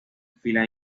fila